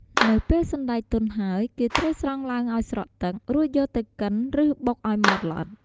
នៅពេលសណ្ដែកទុនហើយ គេត្រូវស្រង់ឡើងឲ្យស្រស់ទឹក រួចយកទៅកិន ឬបុកឲ្យម៉ដ្ឋល្អិត។